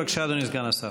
בבקשה, אדוני סגן השר.